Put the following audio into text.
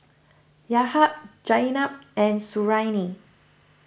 Yahya Zaynab and Suriani